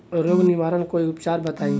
रोग निवारन कोई उपचार बताई?